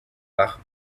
wach